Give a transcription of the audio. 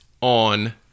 on